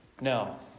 No